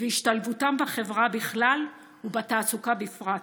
והשתלבותם בחברה בכלל ובתעסוקה בפרט.